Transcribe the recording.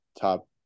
top